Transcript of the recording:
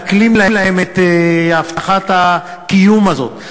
מעקלים להם את הבטחת הקיום הזאת.